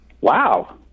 Wow